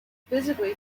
physically